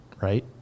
right